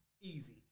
easy